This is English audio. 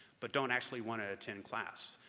but don't actually want to attend class.